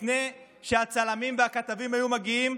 לפני שהצלמים והכתבים היו מגיעים,